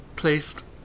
Placed